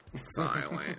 Silent